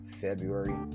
February